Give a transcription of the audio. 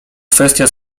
kwestia